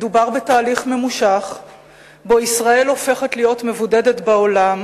מדובר בתהליך ממושך שבו ישראל הופכת להיות מבודדת בעולם,